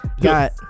Got